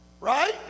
Right